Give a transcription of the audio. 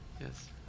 Yes